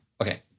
Okay